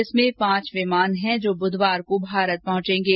इसमें पांच विमान हैं जो बुधवार को भारत पहंचेंगे